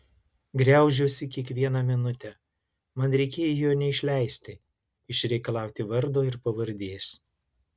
griaužiuosi kiekvieną minutę man reikėjo jo neišleisti išreikalauti vardo ir pavardės